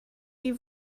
die